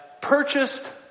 purchased